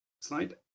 slide